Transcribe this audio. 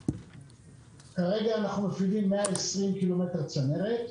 כרגע אנחנו מפעילים 120 ק"מ צנרת.